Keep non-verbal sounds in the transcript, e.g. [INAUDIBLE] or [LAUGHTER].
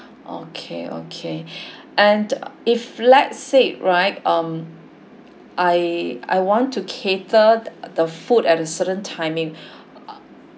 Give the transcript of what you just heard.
okay okay [BREATH] and if let's say right um I I want to cater the food at a certain timing [BREATH]